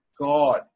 God